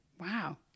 Wow